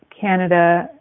Canada